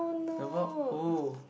the what oh